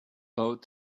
boat